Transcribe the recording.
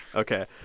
ok.